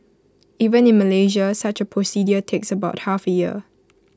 even in Malaysia such A procedure takes about half A year